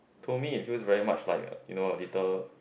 to me it feel very much like you know a little